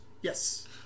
Yes